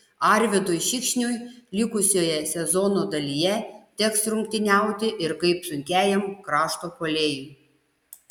arvydui šikšniui likusioje sezono dalyje teks rungtyniauti ir kaip sunkiajam krašto puolėjui